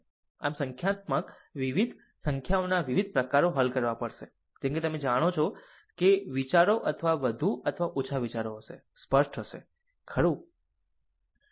આમ સંખ્યાત્મક વિવિધ સંખ્યાઓના વિવિધ પ્રકારો હલ કરવા પડશે જેમ કે તમે જાણો છો કે વિચારો વધુ અથવા ઓછા વિચારો હશે સ્પષ્ટ હશે ખરું